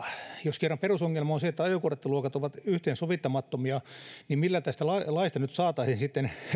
jos kerran perusongelma on se että ajokorttiluokat ovat yhteensovittamattomia niin millä tästä laista nyt saataisiin sitten